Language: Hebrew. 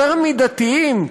יותר מידתיים,